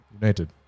United